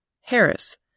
Harris